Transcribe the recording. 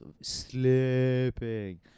sleeping